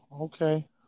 okay